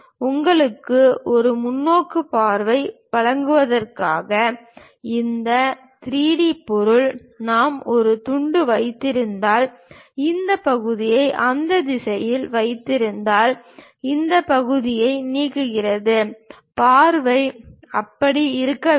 உங்களுக்கு ஒரு முன்னோக்கு பார்வையை வழங்குவதற்காக இந்த 3 டி பொருள் நாம் ஒரு துண்டு வைத்திருந்தால் இந்த பகுதியை அந்த திசையில் வைத்திருந்தால் இந்த பகுதியை நீக்குகிறது பார்வை அப்படி இருக்க வேண்டும்